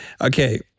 okay